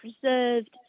preserved